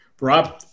Rob